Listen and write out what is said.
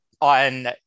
on